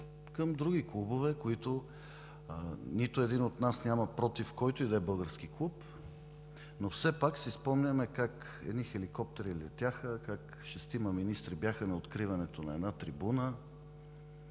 към други клубове, за които нито един от нас няма против, който и да е български клуб, но все пак си спомняме как едни хеликоптери летяха, как шестима министри бяха на откриването на една трибуна.